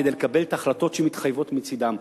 כדי לקבל את ההחלטות שמתחייבות מצדן.